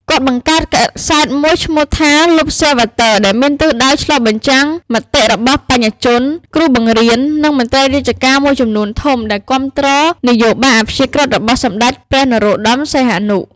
គាត់បង្កើតកាសែតមួយឈ្មោះថា "ឡុបស៊ែរវ៉ាទ័រ" ដែលមានទិសដៅឆ្លុះបញ្ចាំងមតិរបស់បញ្ញាជន គ្រូបង្រៀន និងមន្រ្តីរាជការមួយចំនួនធំ ដែលគាំទ្រនយោបាយអព្យាក្រឹតរបស់សម្តេចព្រះ នរោត្តម សីហនុ។